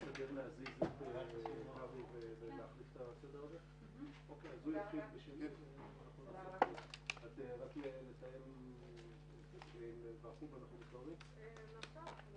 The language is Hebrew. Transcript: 14:17.